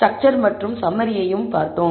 structure மற்றும் சம்மரியையும் பார்த்தோம்